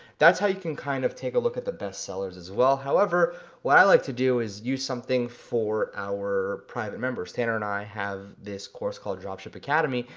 that's how can kind of take a look at the bestsellers as well. however what i like to do is use something for our private members. tanner and i have this course called drop ship academy.